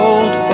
Old